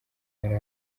yari